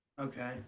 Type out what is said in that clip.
Okay